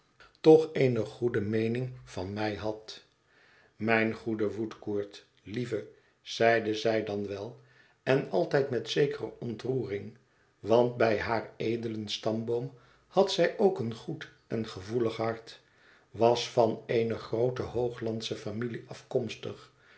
toch eene goede meening van mij had mijn goede woodcourt lieve zeide zij dan wel en altijd met zekere ontroering want bij haar edelen stamboom had zij ook een goed en gevoelig hart was van eene groote hooglandsche familie afkomstig